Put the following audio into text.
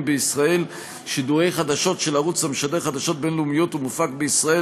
בישראל שידורי חדשות של ערוץ המשדר חדשות בין-לאומיות ומופק בישראל,